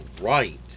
right